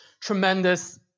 tremendous